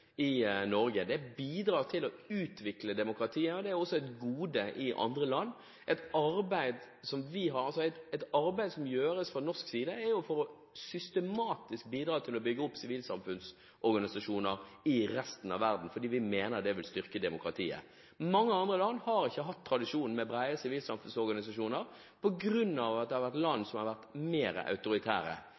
i Norge. Det bidrar til å utvikle demokratiet, og det er også et gode i andre land. Et arbeid som gjøres fra norsk side, er systematisk å bidra til å bygge opp sivilsamfunnsorganisasjoner i resten av verden, fordi vi mener det vil styrke demokratiet. Mange andre land har ikke hatt tradisjonen med brede sivilsamfunnsorganisasjoner på grunn av at det har vært land som har vært mer autoritære.